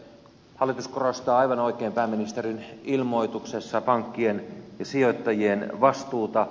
hallitus korostaa aivan oikein pääministerin ilmoituksessa pankkien ja sijoittajien vastuuta